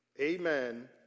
amen